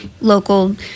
local